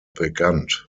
bekannt